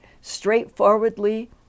straightforwardly